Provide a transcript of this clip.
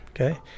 Okay